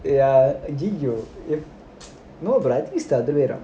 ya !aiyiyo! no brother it's the other way round